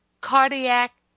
Cardiac